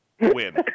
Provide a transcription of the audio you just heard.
win